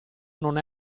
non